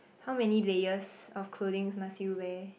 how many layers of clothing must you wear